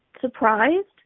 surprised